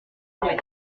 l’ouest